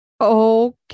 Okay